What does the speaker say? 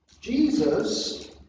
Jesus